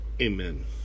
amen